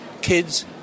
kids